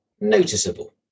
noticeable